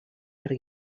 per